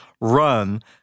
run